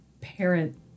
parent